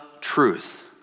truth